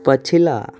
पछिला